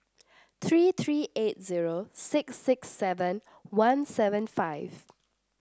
three three eight zero six six seven one seven five